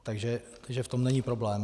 Takže v tom není problém.